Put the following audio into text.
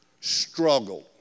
struggled